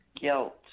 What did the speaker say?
guilt